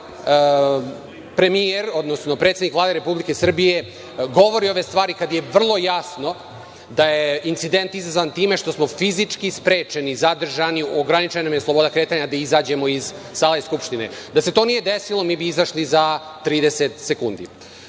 premijer, odnosno predsednik Vlade Republike Srbije govori ove stvari kada je vrlo jasno da je incident izazvan time što smo fizički sprečeni, zadržani, ograničena nam je sloboda kretanja da izađemo iz sale Skupštine? Da se to nije desilo mi bi izašli za 30 sekundi. Zatim,